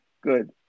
Good